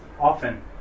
often